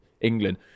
England